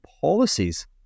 policies